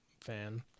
fan